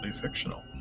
fictional